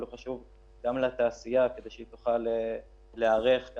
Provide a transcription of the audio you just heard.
אבל הוא חשוב גם לתעשייה כדי שהיא תוכל להיערך גם